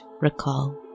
recall